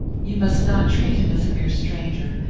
you must not treat him as a mere stranger,